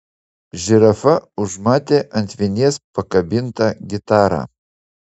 žirafa užmatė ant vinies pakabintą gitarą